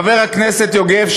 חבר הכנסת יוגב,